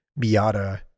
Miata